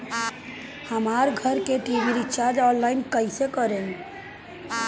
हमार घर के टी.वी रीचार्ज ऑनलाइन कैसे करेम?